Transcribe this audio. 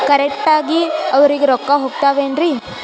Correct ಆಗಿ ಅವರಿಗೆ ರೊಕ್ಕ ಹೋಗ್ತಾವೇನ್ರಿ?